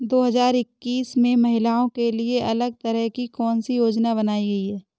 दो हजार इक्कीस में महिलाओं के लिए अलग तरह की कौन सी योजना बनाई गई है?